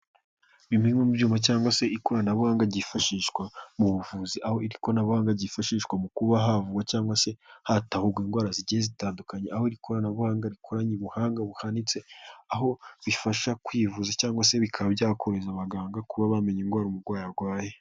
Bimwe mu byuma cyangwa se ikoranabuhanga ryifashishwa mu buvuzi, aho iri koranabuhanga ryifashishwa mu kuba havurwa cyangwa se hatahurwa indwara zigiye zitandukanye, aho ikoranabuhanga rikoranye ubuhanga buhanitse, aho bifasha kwivuza cyangwa se bikaba byakorohereza abaganga kuba bamenya indwara umurwayi arwaye.